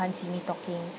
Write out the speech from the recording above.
can't see me talking